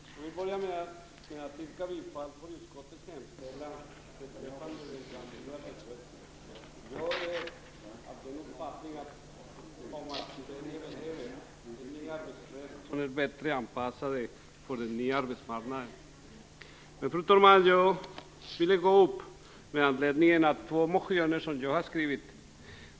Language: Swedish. Fru talman! Jag vill börja med att yrka bifall till utskottets hemställan. Jag är av den uppfattningen att det leder till en ny arbetsrätt som är bättre anpassad för den nya arbetsmarknaden. Fru talman! Jag gick upp i debatten med anledning av två motioner som jag har skrivit.